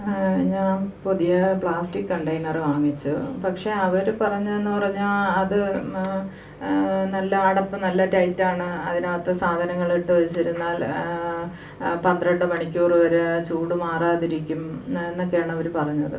ഞാൻ പുതിയ plastic container വാങ്ങിച്ചു പക്ഷെ അവർ പറഞ്ഞതെന്നു പറഞ്ഞാൽ അത് നല്ല അടപ്പ് നല്ല ടൈറ്റാണ് അതിനകത്ത് സാധനങ്ങളിട്ടു വെച്ചിരുന്നാൽ പന്ത്രണ്ട് മണിക്കൂറു വരെ ആ ചൂട് മാറാതിരിക്കും എന്നൊക്കെയാണവർ പറഞ്ഞത്